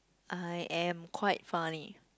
I am quite funny